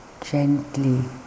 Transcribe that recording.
gently